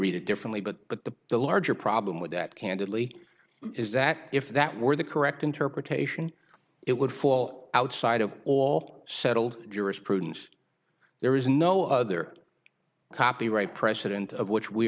read it differently but the the larger problem with that candidly is that if that were the correct interpretation it would fall outside of all settled jurisprudence there is no other copyright precedent of which we